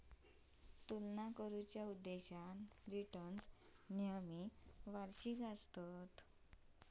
तुलना करुच्या उद्देशान रिटर्न्स नेहमी वार्षिक आसतत